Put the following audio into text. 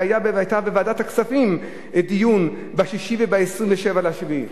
והיה בוועדת הכספים דיון ב-6 וב-27 ביולי,